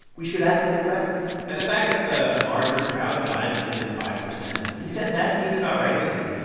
we should ask the crowd and the fact that the larger crowd got it to within five percent he said that seems about right to him.